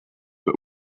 but